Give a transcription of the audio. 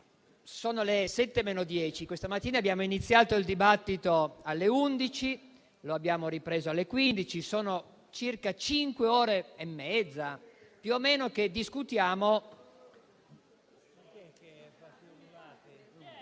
sono le 7 meno 10. Questa mattina abbiamo iniziato il dibattito alle 11 e lo abbiamo ripreso alle 15. Sono circa cinque ore e mezza, più o meno, che discutiamo...